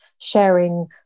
sharing